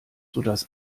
sodass